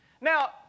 Now